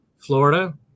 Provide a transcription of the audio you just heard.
Florida